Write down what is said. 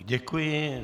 Děkuji.